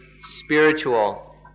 spiritual